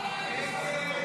נגד.